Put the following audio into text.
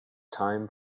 time